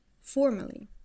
formally